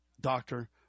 doctor